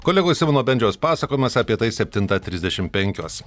kolegos simono bendžiaus pasakojimas apie tai septintą trisdešim penkios